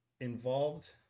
involved